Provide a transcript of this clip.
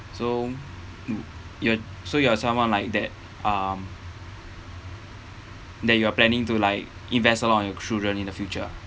so you you're so you're someone like that um that you are planning to like invest all on your children in the future